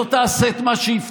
שלא תעשה את מה שהבטחתם.